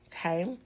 Okay